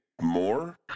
more